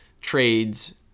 trades